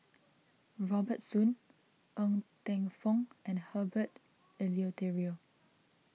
Robert Soon Ng Teng Fong and Herbert Eleuterio